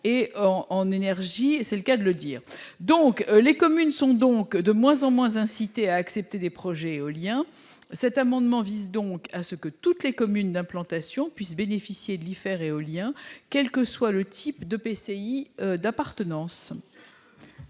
et en énergie, et c'est le cas de le dire, donc, les communes sont donc de moins en moins incités à accepter des projets éoliens, cet amendement vise donc à ce que toutes les communes d'implantation puissent bénéficier de l'hiver, éolien, quel que soit le type de PCI d'appartenance.